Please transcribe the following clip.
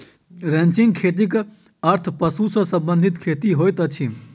ranching खेतीक अर्थ पशु सॅ संबंधित खेती होइत अछि